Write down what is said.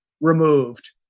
removed